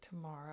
tomorrow